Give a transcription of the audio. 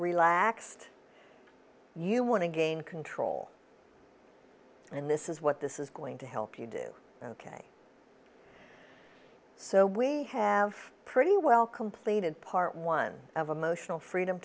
relaxed you want to gain control and this is what this is going to help you do ok so we have pretty well completed part one of